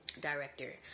Director